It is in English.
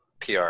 PR